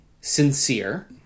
sincere